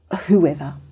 whoever